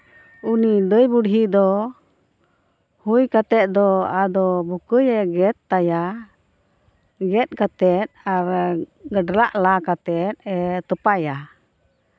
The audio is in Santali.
ᱩᱱᱤ ᱫᱷᱟᱹᱭ ᱵᱩᱰᱷᱤ ᱫᱚ ᱦᱩᱭ ᱠᱟᱛᱮ ᱫᱚ ᱟᱫᱚ ᱵᱩᱠᱟᱹ ᱞᱟᱦᱟᱭ ᱜᱮᱫ ᱛᱟᱭᱟ ᱜᱮᱫ ᱠᱟᱛᱮ ᱟᱨ ᱜᱟᱰᱷᱞᱟᱜ ᱞᱟ ᱠᱟᱛᱮᱫ ᱮ ᱛᱚᱯᱟᱭᱟ